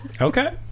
Okay